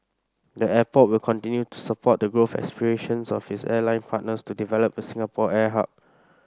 the airport will continue to support the growth aspirations of its airline partners to develop the Singapore air hub